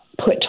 put